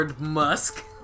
Musk